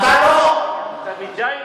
אתה מדי רציני.